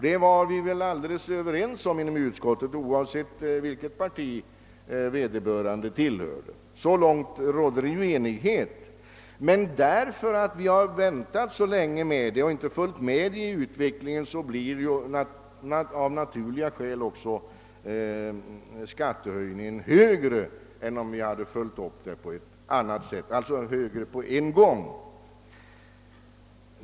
Det var vi överens om i utskottet, vilket parti vi än tillhörde. Men när vi väntat så länge och inte följt med i utvecklingen, blir av naturliga skäl också skattehöjningen högre på en gång än om frågan hade följts upp på ett annat sätt.